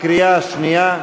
בקריאה שנייה.